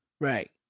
Right